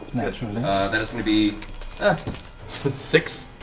matt that is going to be a six.